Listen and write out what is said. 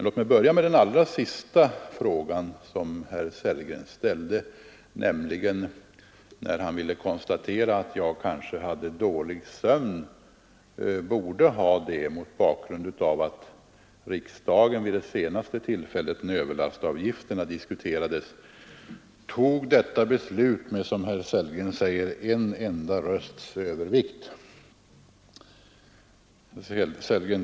Låt mig börja med den allra sista frågan som herr Sellgren ställde. Han ville konstatera att jag borde lida av dålig sömn mot bakgrund av att riksdagen vid det senaste tillfället då överlastavgifterna diskuterades tog detta beslut med, som herr Sellgren säger, en enda rösts övervikt. Herr Sellgren!